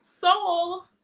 Soul